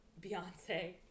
Beyonce